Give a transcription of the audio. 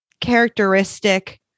characteristic